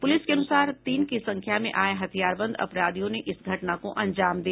police के अनुसार तीन की संख्या में आये हथियारबंद अपराधियों ने इस घटना को अजाम दिया